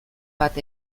bat